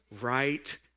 right